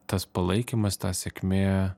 tas palaikymas ta sėkmė